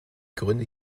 gründe